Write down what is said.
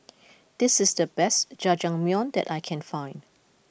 this is the best Jajangmyeon that I can find